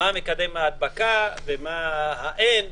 מה מקדם ההדבקה וכולי.